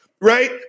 Right